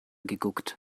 geguckt